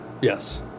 Yes